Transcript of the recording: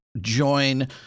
join